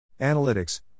Analytics